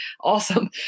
Awesome